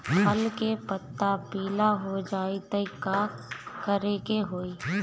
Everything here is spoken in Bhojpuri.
फसल के पत्ता पीला हो जाई त का करेके होई?